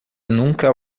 nunca